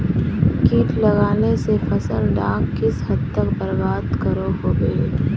किट लगाले से फसल डाक किस हद तक बर्बाद करो होबे?